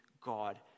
God